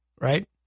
right